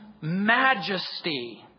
majesty